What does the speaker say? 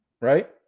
right